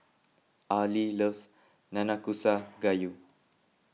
Arley loves Nanakusa Gayu